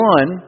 One